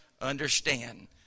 understand